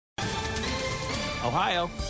Ohio